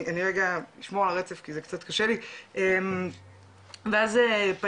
אני רגע אשמור על רצף כי זה קצת קשה לי ואז פניתי